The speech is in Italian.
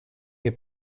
che